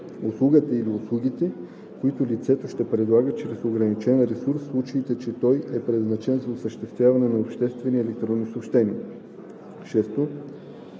услугите, които лицето ще предлага чрез ограничения ресурс, в случай че той е предназначен за осъществяване на обществени електронни съобщения;